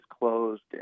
closed